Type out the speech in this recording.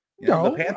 No